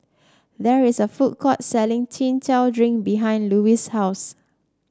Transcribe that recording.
there is a food court selling Chin Chow Drink behind Louise's house